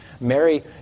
Mary